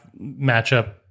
matchup